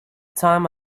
time